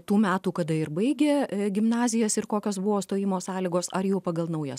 ir tų metų kada ir baigę gimnazijas ir kokios buvo stojimo sąlygos ar jau pagal naujas